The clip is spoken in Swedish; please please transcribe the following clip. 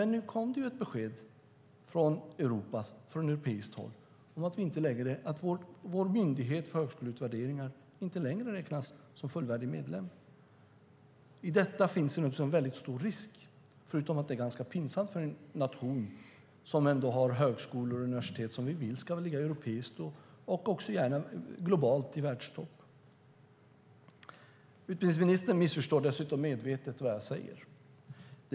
Nu kom det ett besked från europeiskt håll om att vår myndighet för högskoleutvärderingar inte längre räknas som fullvärdig medlem. I detta finns det en stor risk, förutom att det är pinsamt för en nation som har högskolor och universitet som vi vill ska ligga i topp europeiskt och globalt. Utbildningsministern missförstår medvetet vad jag säger.